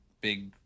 Big